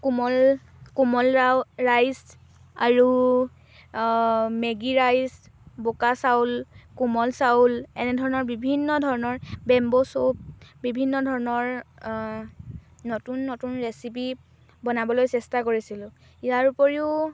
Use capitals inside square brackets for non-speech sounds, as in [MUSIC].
কোমল কোমল [UNINTELLIGIBLE] ৰাইছ আৰু মেগি ৰাইছ বোকা চাউল কোমল চাউল এনেধৰণৰ বিভিন্ন ধৰণৰ বেম্ব' ছুপ বিভিন্ন ধৰণৰ নতুন নতুন ৰেচিপি বনাবলৈ চেষ্টা কৰিছিলোঁ ইয়াৰ উপৰিও